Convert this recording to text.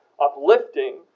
uplifting